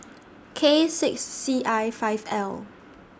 K six C I five L